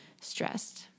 stressed